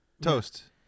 toast